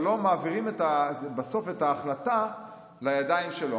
אבל לא מעבירים בסוף את ההחלטה לידיים שלו.